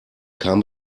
kam